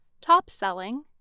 top-selling